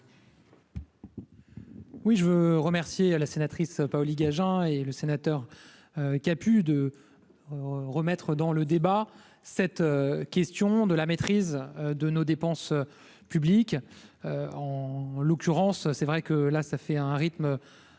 Oui, je veux remercier à la sénatrice Paoli-Gagin et le sénateur qui a pu, de remettre dans le débat, cette question de la maîtrise de nos dépenses publiques, en l'occurrence c'est vrai que là ça fait un rythme encore